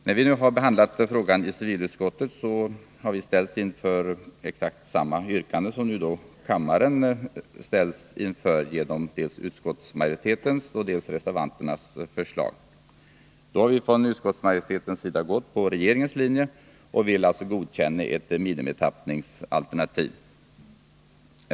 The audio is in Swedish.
När vi har behandlat frågan i civilutskottet har vi ställts inför exakt samma yrkanden som kammaren nu ställts inför, nämligen dels utskottsmajoritetens förslag, dels reservanternas förslag. Utskottsmajoriteten har följt regering Nr 27 ens linje och vill alltså godkänna ett minimitappningsalternativ.